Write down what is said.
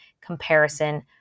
comparison